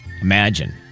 Imagine